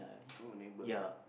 oh neighbour lah